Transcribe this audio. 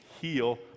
heal